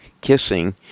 Kissing